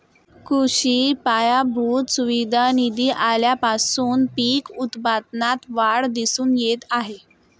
कृषी पायाभूत सुविधा निधी आल्यापासून पीक उत्पादनात वाढ दिसून येत आहे